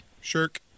Shirk